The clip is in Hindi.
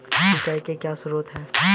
सिंचाई के क्या स्रोत हैं?